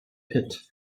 pit